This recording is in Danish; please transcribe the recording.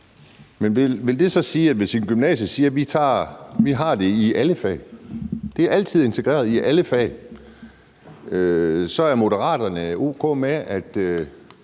Men vil det så sige, at hvis et gymnasie siger, at man har det i alle fag, at det altid er integreret i alle fag, så er Moderaterne o.k. med, at